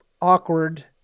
awkward